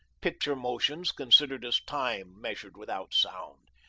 picture-motions considered as time measured without sound.